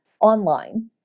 online